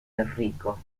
enrico